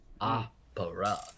opera